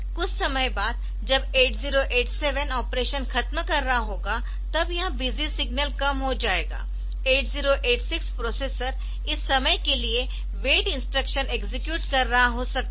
कुछ समय बाद जब 8087 ऑपरेशन खत्म कर रहा होगा तब यह बिजी सिग्नल कम हो जाएगा 8086 प्रोसेसर इस समय के लिए वेट इंस्ट्रक्शन एक्सेक्यूट कर रहा हो सकता है